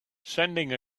sending